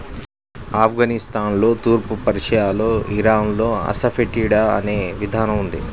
ఆఫ్ఘనిస్తాన్లో, తూర్పు పర్షియాలో, ఇరాన్లో అసఫెటిడా అనే విధానం ఉంది